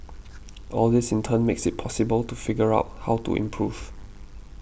all this in turn makes it possible to figure out how to improve